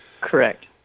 correct